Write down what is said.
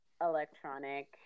electronic